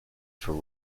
for